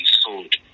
sold